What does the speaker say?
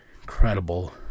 incredible